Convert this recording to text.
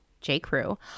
J.Crew